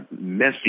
messy